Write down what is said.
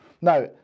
Now